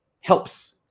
helps